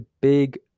big